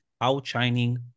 outshining